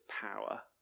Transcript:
power